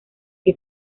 que